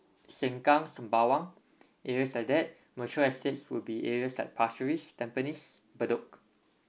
sengkang sembawang areas like that mature estates would be areas like pasir ris tampines bedok